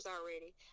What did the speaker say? already